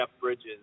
Bridges